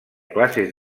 classes